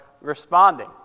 responding